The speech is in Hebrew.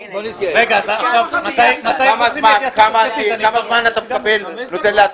כמה זמן אתה נותן לעצמך?